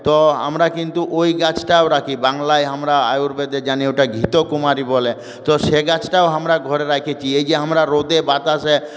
তো আমরা কিন্তু ওই গাছটাও রাখি বাংলায় আমরা আয়ুর্বেদে জানি ওটা ঘৃতকুমারী বলে তো সে গাছটাও আমরা ঘরে রেখেছি এই যে আমরা রোদে বাতাসে